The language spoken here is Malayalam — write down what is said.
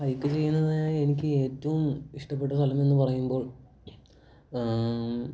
ഹൈക്ക് ചെയ്യുന്നതിനായി എനിക്ക് ഏറ്റവും ഇഷ്ടപ്പെട്ട സ്ഥലമെന്നു പറയുമ്പോൾ